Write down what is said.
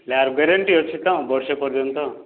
ୟାର ଗ୍ୟାରେଣ୍ଟି ଅଛି ତ ବର୍ଷେ ପର୍ଯ୍ୟନ୍ତ